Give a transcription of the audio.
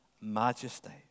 majesty